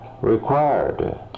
required